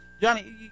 johnny